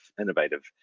innovative